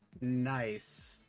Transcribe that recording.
Nice